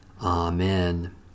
Amen